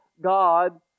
God